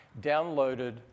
downloaded